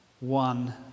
one